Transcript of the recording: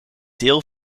deel